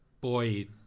boy